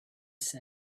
said